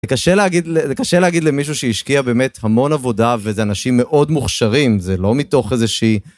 זה קשה להגיד למישהו שהשקיע באמת המון עבודה וזה אנשים מאוד מוכשרים, זה לא מתוך איזה שהיא...